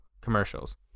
commercials